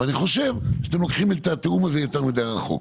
אבל אני חושב שאתם לוקחים את התיאום הזה יותר מידי רחוק.